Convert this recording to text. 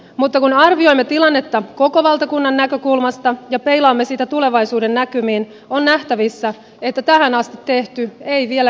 mutta kun arvioimme tilannetta koko valtakunnan näkökulmasta ja peilaamme sitä tulevaisuudennäkymiin on nähtävissä että tähän asti tehty ei vielä riitä